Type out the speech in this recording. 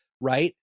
right